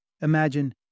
Imagine